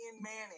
Manning